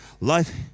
life